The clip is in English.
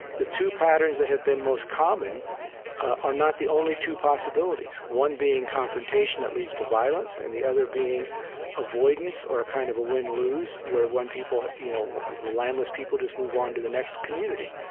the two patterns that have been most common are not the only two possibilities one being confrontation that leads to violence, and the other being avoidance or kind of a win lose where one people, you know, the landless people just move on to the next community.